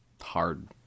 hard